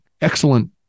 excellent